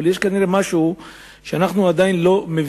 אבל יש כנראה משהו שאנחנו לא מבינים,